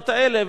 מהפתרונות האלה,